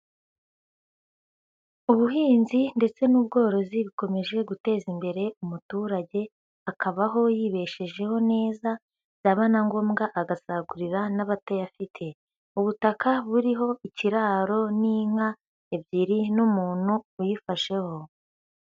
Ubuhinzi ndetse n'ubworozi bikomeje guteza imbere umuturage, akabaho yibeshejeho neza byaba na ngombwa agasagurira n'abatayafite. Ubutaka buriho ikiraro n'inka ebyiri n'umuntu uyifasheho.